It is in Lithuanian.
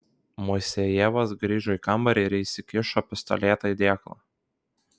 moisejevas grįžo į kambarį ir įsikišo pistoletą į dėklą